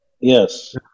Yes